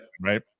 right